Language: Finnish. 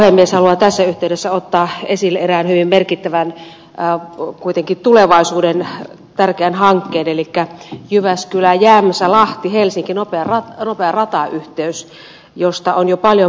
haluan tässä yhteydessä ottaa esille erään hyvin merkittävän kuitenkin tulevaisuudessa tärkeän hankkeen elikkä nopean jyväskyläjämsälahtihelsinki ratayhteyden josta on jo paljon puhuttu